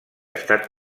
estat